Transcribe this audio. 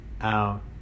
Out